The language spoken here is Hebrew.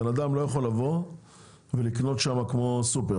בן אדם לא יכול לבוא ולקנות שם כמו סופר,